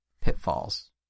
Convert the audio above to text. pitfalls